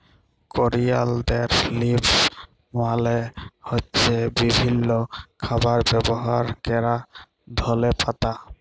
করিয়ালদের লিভস মালে হ্য়চ্ছে বিভিল্য খাবারে ব্যবহার ক্যরা ধলে পাতা